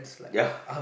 ya